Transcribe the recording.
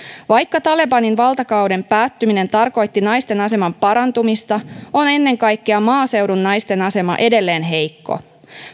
vaikka talibanin valtakauden päättyminen tarkoitti naisten aseman parantumista on ennen kaikkea maaseudun naisten asema edelleen heikko